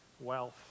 Wealth